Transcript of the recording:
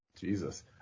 Jesus